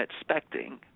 expecting